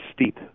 steep